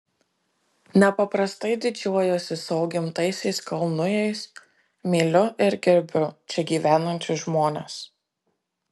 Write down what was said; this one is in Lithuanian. nepaprastai didžiuojuosi savo gimtaisiais kalnujais myliu ir gerbiu čia gyvenančius žmones